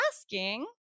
asking